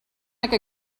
like